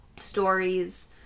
stories